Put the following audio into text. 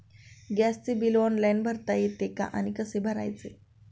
गॅसचे bill online भरता येते का आणि कसे भरायचे?